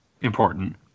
Important